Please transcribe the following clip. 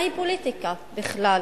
מהי פוליטיקה בכלל